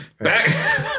back